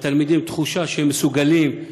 לתלמידים תחושה שהם מסוגלים,